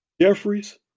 Jeffries